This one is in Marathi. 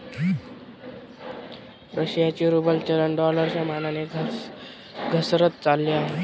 रशियाचे रूबल चलन डॉलरच्या मानाने घसरत चालले आहे